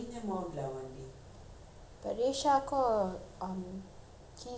perisha um keegan I don't need to do anything also